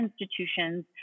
institutions